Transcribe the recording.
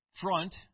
front